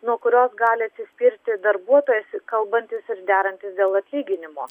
nuo kurios gali atsispirti darbuotojas kalbantis ir derantis dėl atlyginimo